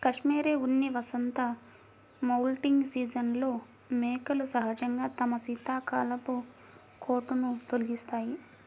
cashmere ఉన్ని వసంత moulting సీజన్లో మేకలు సహజంగా తమ శీతాకాలపు కోటును తొలగిస్తాయి